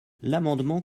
l’amendement